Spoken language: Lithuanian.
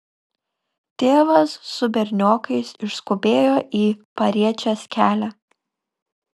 tėvas su berniokais išskubėjo į pariečės kelią